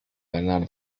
ganar